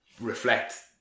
reflect